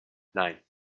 nine